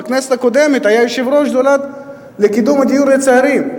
בכנסת הקודמת היה יושב-ראש שדולה לקידום הדיור לצעירים.